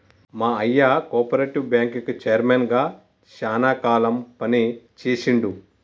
మా అయ్య కోపరేటివ్ బ్యాంకుకి చైర్మన్ గా శానా కాలం పని చేశిండు